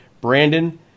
Brandon